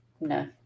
No